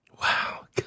Wow